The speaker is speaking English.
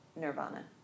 nirvana